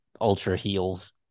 ultra-heels